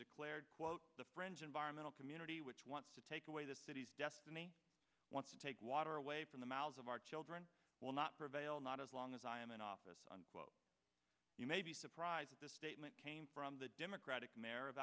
declared quote the french environmental community which wants to take away the city's destiny wants to take water away from the mouths of our children will not prevail not as long as i am in office unquote you may be surprised at this statement came from the democratic mayor of